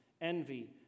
envy